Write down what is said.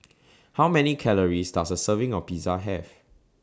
How Many Calories Does A Serving of Pizza Have